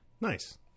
nice